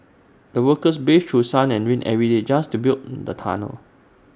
the workers braved through sun and rain every day just to build the tunnel